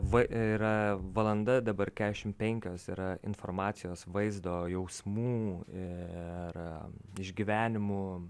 va yra valanda dabar keturiasdešimt penkios yra informacijos vaizdo jausmų ir išgyvenimų